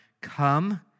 come